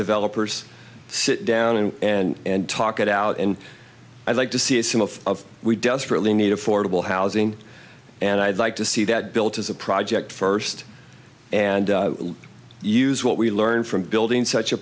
developers sit down and talk it out and i'd like to see some of we desperately need affordable housing and i'd like to see that built as a project first and use what we learn from building such a